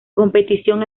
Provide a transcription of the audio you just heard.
competición